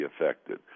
affected